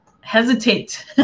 hesitate